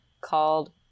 called